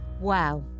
Wow